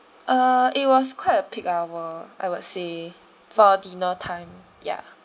uh it was quite a peak hour I would say for dinner time ya